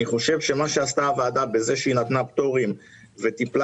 מה שעשתה הוועדה בזה שנתנה פטורים וטיפלה